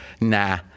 Nah